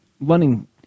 running